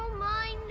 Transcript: my